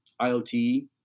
IoT